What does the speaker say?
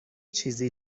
چیزی